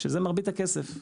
שזה מרבית הכסף.